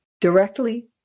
directly